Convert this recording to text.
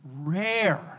rare